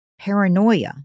paranoia